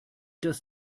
das